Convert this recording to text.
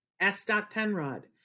s.penrod